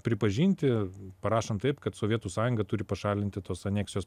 pripažinti parašant taip kad sovietų sąjunga turi pašalinti tos aneksijos